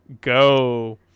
Go